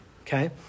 okay